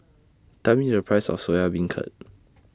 Tell Me The Price of Soya Beancurd